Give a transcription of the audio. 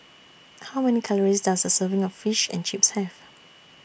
How Many Calories Does A Serving of Fish and Chips Have